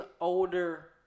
older